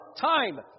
time